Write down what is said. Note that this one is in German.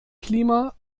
klima